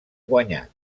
guanyat